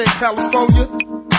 California